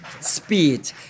speed